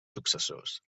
successors